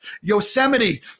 Yosemite